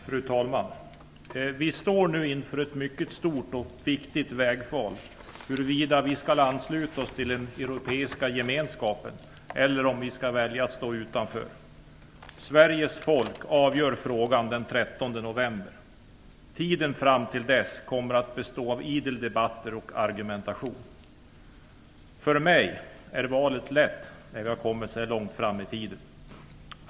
Fru talman! Vi står nu inför ett mycket stort och viktigt vägval. Valet gäller huruvida vi skall ansluta oss till den europeiska gemenskapen eller om vi skall välja att stå utanför. Sveriges folk avgör frågan den 13 november. Tiden fram till dess kommer att användas till idel debatter och argumentation. För mig är valet lätt när vi har kommit så här långt i tiden.